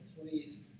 please